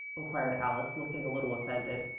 inquired alice, looking a little offended.